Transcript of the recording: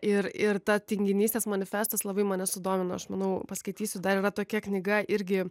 ir ir ta tinginystės manifestas labai mane sudomino aš manau paskaitysiu dar yra tokia knyga irgi